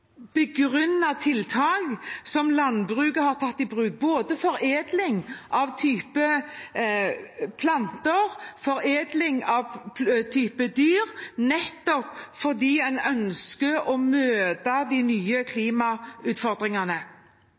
begrunnede tiltak som landbruket har tatt i bruk, både foredling av planter og foredling av dyr, nettopp fordi en ønsker å møte de nye